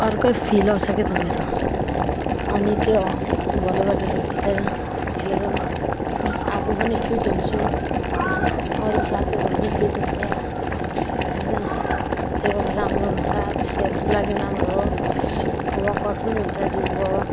अर्कै फिल आउँछ के त मेरो अनि त्यो भलिबलहरू खेलेर खेलेर आफू पनि फिट हुन्छु अरू साथीहरू पनि फिट हुन्छ होइन त्यो राम्रो हुन्छ त्यो सेहतको लागि राम्रो हो वर्क आउट पनि हुन्छ जिउको